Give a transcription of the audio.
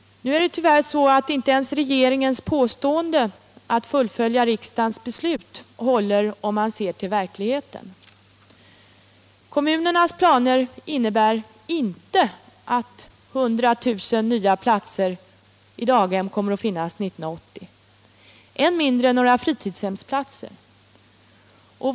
Regeringens påstående om att den skall fullfölja riksdagens beslut håller tyvärr inte, om man ser till verkligheten. Kommunernas planer innebär inte att 100 000 nya platser på daghem kommer att finnas 1980, än mindre några fritidshemsplatser.